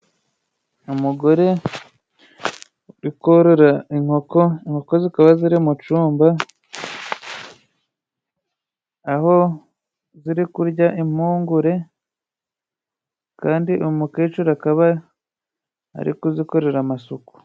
Umugore uri korora inkoko, inkoko zikaba ziri mucumba aho ziri kurya impungure, kandi umukecuru akaba ari kuzikorera amasuku.